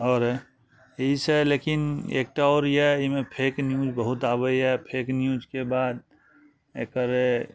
आओर अइसँ लेकिन एकटा आओर यऽ अइमे फेक न्यूज बहुत आबइए फेक न्यूजके बाद एकर